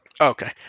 Okay